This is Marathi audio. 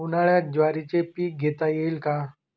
उन्हाळ्यात ज्वारीचे पीक घेता येईल का?